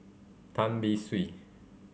Tan Beng Swee